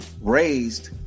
raised